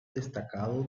destacado